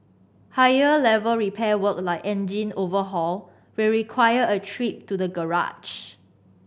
higher level repair work like engine overhaul will require a trip to the garage